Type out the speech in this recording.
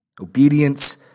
obedience